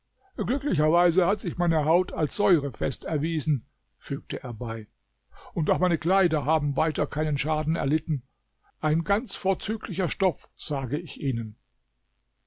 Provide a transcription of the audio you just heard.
glücklicherweise hat sich meine haut als säurefest erwiesen fügte er bei und auch meine kleider haben weiter keinen schaden erlitten ein ganz vorzüglicher stoff sage ich ihnen